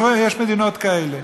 יש מדינות כאלה.